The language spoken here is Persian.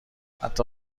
حتی